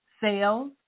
sales